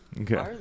Okay